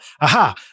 Aha